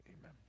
amen